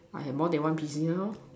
I have more than one P_C now